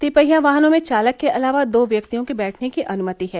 तिपहिया वाहनों में चालक के अलावा दो व्यक्तियों के बैठने की अनुमति है